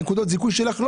נקודות הזיכוי שלך.